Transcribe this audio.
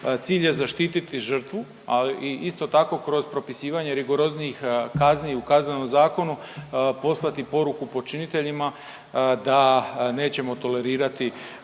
cilj je zaštiti žrtvu, a i isto tako kroz propisivanje rigoroznijih kazni u Kaznenom zakonu poslati poruku počiniteljima da nećemo tolerirati